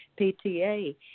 PTA